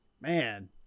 man